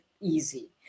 easy